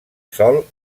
sòl